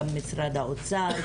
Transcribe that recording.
גם משרד האוצר,